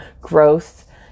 growth